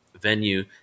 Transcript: venue